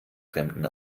fremden